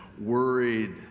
worried